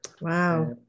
wow